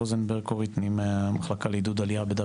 מה זה טראומה של עם?